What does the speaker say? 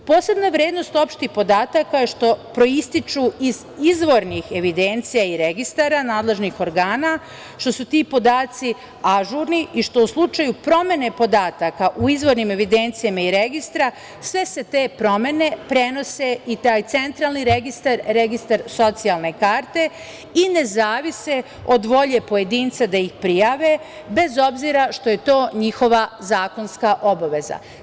Posebna vrednost opštih podataka je što proističu iz izvornih evidencija i registara nadležnih organa, što su ti podaci ažurni i što u slučaju promene podataka u izvornim evidencijama i registra sve se te promene prenose i taj centralni registar – registar socijalne karte i ne zavise od volje pojedinca da ih prijave, bez obzira što je to njihova zakonska obaveza.